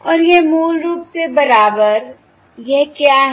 और यह मूल रूप से बराबर यह क्या है